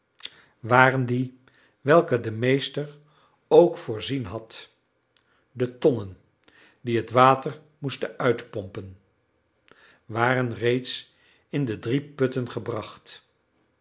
waren die welke de meester ook voorzien had de tonnen die het water moesten uitpompen waren reeds in de drie putten gebracht